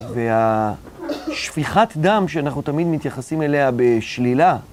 והשפיכת דם שאנחנו תמיד מתייחסים אליה בשלילה...